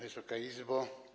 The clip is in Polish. Wysoka Izbo!